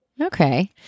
Okay